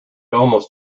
almost